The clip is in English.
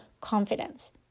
confidence